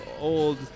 old